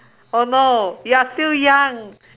oh no you are still young